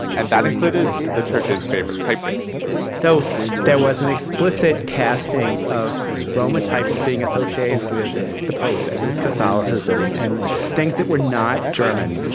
and that included the church's favorite typeface so there was an explicit casting of roman type as being associated with the pope and with catholicism and things that were not german.